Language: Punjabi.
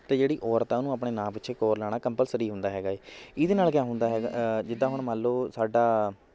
ਅਤੇ ਜਿਹੜੀ ਔਰਤ ਆ ਉਹਨੂੰ ਆਪਣੇ ਨਾਂ ਪਿੱਛੇ ਕੌਰ ਲਾਣਾ ਕੰਪਲਸਰੀ ਹੁੰਦਾ ਹੈਗਾ ਏ ਇਹਦੇ ਨਾਲ ਕਿਆ ਹੁੰਦਾ ਹੈਗਾ ਜਿੱਦਾਂ ਹੁਣ ਮੰਨ ਲਉ ਸਾਡਾ